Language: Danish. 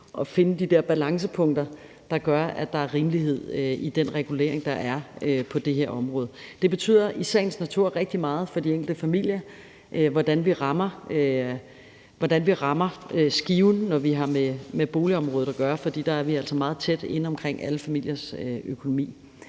at finde de der balancepunkter, der gør, at der er rimelighed i den regulering, der er på det her område. Det betyder i sagens natur rigtig meget for de enkelte familier, hvordan vi rammer skiven, når vi har med boligområdet at gøre, for der er vi altså meget tæt inde omkring alle familiers økonomi.